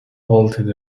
halted